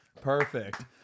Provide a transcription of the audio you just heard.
Perfect